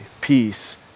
peace